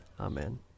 Amen